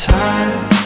time